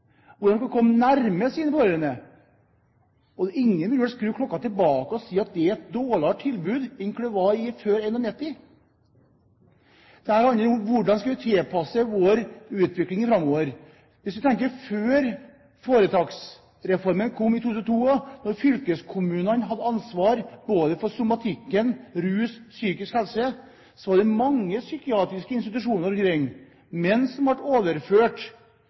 komme nærmere sine pårørende. Ingen vil vel skru klokka tilbake og si at det er et dårligere tilbud enn det det var før 1991. Dette handler om hvordan vi skal tilpasse vår utvikling framover. Hvis vi tenker på tiden før foretaksreformen kom i 2002, da fylkeskommunene hadde ansvaret både for somatikken, rusomsorgen og psykisk helse, var det mange psykiatriske institusjoner rundt omkring, men som ble overført